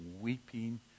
weeping